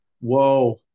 Whoa